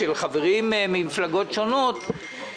של חברים ממפלגות שונות,